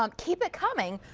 um keep it coming,